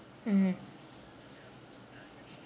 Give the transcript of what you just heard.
mmhmm